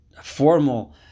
formal